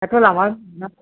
दाथ' लामाया